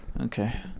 Okay